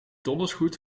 dondersgoed